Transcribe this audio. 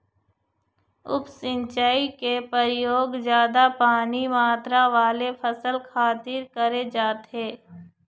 उप सिंचई के परयोग जादा पानी मातरा वाले फसल खातिर करे जाथे